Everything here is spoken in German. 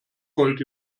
gold